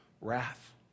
wrath